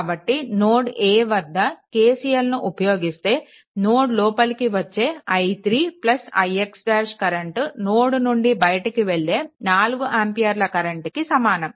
కాబట్టి node A వద్ద KCLను ఉపయోగిస్తే నోడ్ లోపలికి వచ్చే i3 ix ' కరెంట్ నోడ్ నుండి బయటికి వెళ్ళే 4 ఆంపియర్ కరెంట్కి సమానం